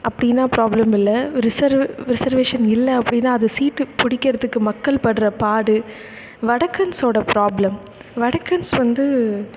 அப்படினா ப்ராப்ளம் இல்லை reserve reservation இல்லை அப்படினா அது சீட்டு பிடிக்கிறதுக்கு மக்கள் படுகிற பாடு வடக்கன்ஸோடய ப்ராப்ளம் வடக்கன்ஸ் வந்து